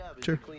Sure